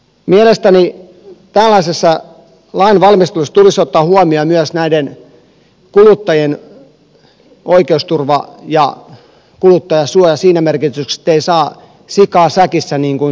mielestäni tällaisessa lainvalmistelussa tulisi ottaa huomioon myös näiden kuluttajien oikeusturva ja kuluttajansuoja siinä merkityksessä ettei saa sikaa säkissä niin kuin sanonta kuluu